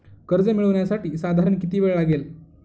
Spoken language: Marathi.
कर्ज मिळविण्यासाठी साधारण किती वेळ लागेल?